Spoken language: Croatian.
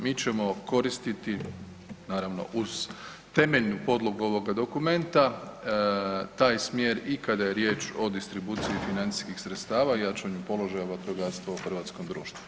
Mi ćemo koristiti naravno uz temeljnu podlogu ovoga dokumenta taj smjer i kada je riječ o distribuciji financijskih sredstava i jačanju položaja vatrogastva u hrvatskom društvu.